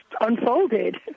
unfolded